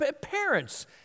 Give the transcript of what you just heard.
Parents